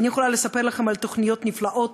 אני יכולה לספר לכם על תוכניות נפלאות